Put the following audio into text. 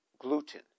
gluten